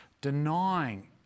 denying